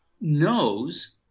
knows